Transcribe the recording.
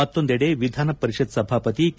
ಮತ್ತೊಂದೆಡೆ ವಿಧಾನ ಪರಿಷತ್ ಸಭಾಪತಿ ಕೆ